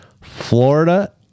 Florida